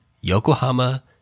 Yokohama